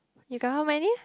you got how many